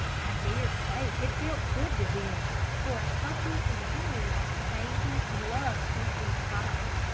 i dare say it felt good to them, for a puppy is very like a baby and loves something to bite.